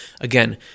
Again